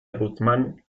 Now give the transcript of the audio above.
guzmán